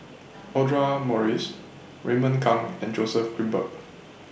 Audra Morrice Raymond Kang and Joseph Grimberg